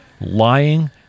Lying